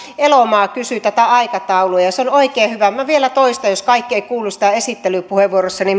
elomaa kysyi tätä aikataulua ja ja se on oikein hyvä minä vielä toistan jos kaikki eivät kuulleet sitä esittelypuheenvuorossani